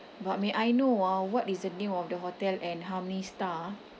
but may I know ah what is the name of the hotel and how many star ah